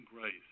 grace